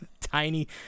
Tiny